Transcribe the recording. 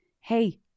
Hey